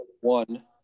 one